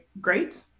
great